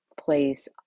place